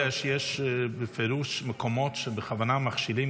יודע שיש בפירוש מקומות שבכוונה מכשילים,